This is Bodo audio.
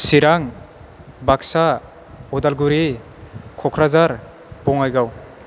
चिरां बाक्सा उदालगुरि क'क्राझार बङाइगाव